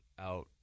out